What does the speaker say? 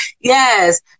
Yes